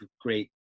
great